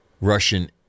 Russian